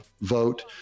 vote